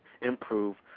improve